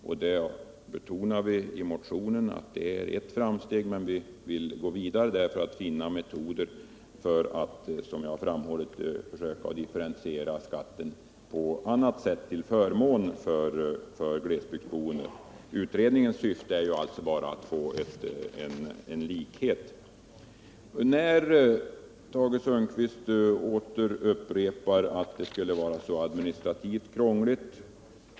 Vi betonar i motionen att det är ett framsteg, men vi vill gå vidare och försöka finna metoder — som jag har framhållit — att differentiera skatten på annat sätt till förmån för glesbygdsboende. Utredningens syfte är däremot bara att få en likhet. Tage Sundkvist upprepar att det system vi har föreslagit skulle vara administrativt krångligt.